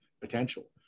potential